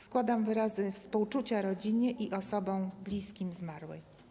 Składam wyrazy współczucia rodzinie i osobom bliskim zmarłej.